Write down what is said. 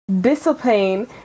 discipline